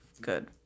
good